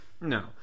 no